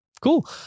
cool